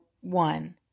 One